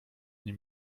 nie